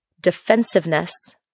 defensiveness